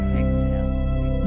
exhale